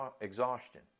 exhaustion